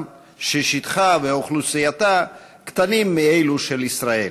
ששטחן ואוכלוסייתן קטנים מאלו של ישראל.